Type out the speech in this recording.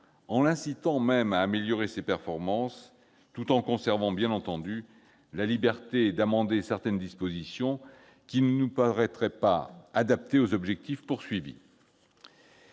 en incitant ce dernier à améliorer ses performances, tout en conservant bien entendu la liberté d'amender certaines dispositions qui ne nous paraîtraient pas adaptées aux objectifs poursuivis.